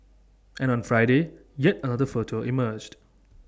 and on Friday yet another photo emerged